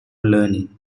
learning